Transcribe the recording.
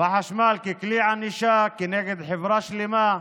בחשמל ככלי ענישה כנגד חברה שלמה.